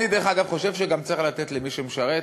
דרך אגב, אני גם חושב שצריך לתת למי שמשרת